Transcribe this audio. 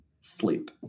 sleep